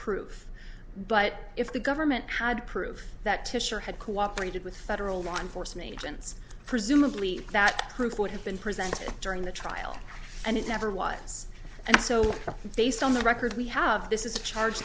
proof but if the government had proof that tissue or had cooperated with federal law enforcement agents presumably that proof would have been present during the trial and it never was and so based on the record we have this is a charge